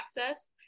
access